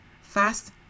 fast